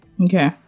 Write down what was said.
okay